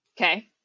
Okay